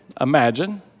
imagine